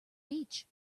beach